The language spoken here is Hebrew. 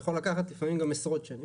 יכול להיות לפעמים גם עשרות שנים,